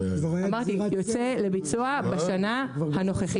אמרתי, יוצא לביצוע בשנה הנוכחית.